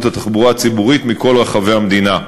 התחבורה הציבורית מכל רחבי המדינה.